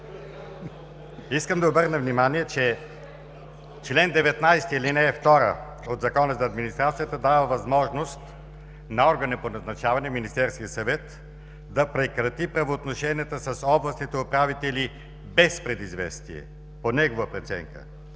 Искам да обърна внимание, че чл. 19, ал. 2 от Закона за администрацията дава възможност на органа по назначаване – Министерският съвет, да прекрати правоотношенията с областните управители без предизвестие, по негова преценка.